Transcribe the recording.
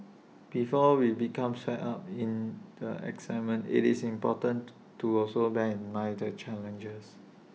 before we become swept up in the excitement it's important to also bear in mind the challenges